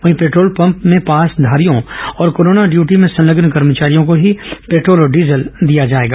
वहीं petrol pump में पासधारियों और कोरोना ड्यूटी में संलग्न कर्मचारियों को ही पेट्रोल और डीजल दिया जाएगा